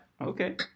Okay